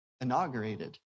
inaugurated